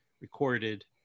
recorded